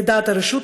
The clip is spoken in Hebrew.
לדעת הרשות,